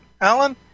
Alan